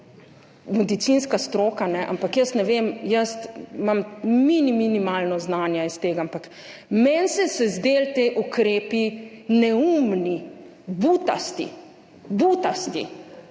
medicinska stroka, ampak jaz ne vem, jaz imam minimalno znanja iz tega, ampak meni so se zdeli ti ukrepi neumni, butasti. Butasti!